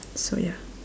so ya